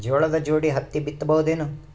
ಜೋಳದ ಜೋಡಿ ಹತ್ತಿ ಬಿತ್ತ ಬಹುದೇನು?